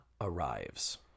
arrives